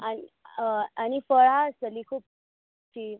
आन आनी हय फळां आसतलीं खुबशीं